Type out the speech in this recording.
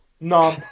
No